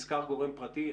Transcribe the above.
שנשכר גורם פרטי,